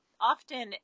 often